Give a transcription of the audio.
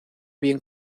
bien